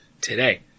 today